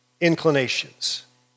inclinations